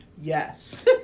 Yes